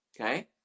okay